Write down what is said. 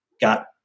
got